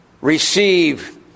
receive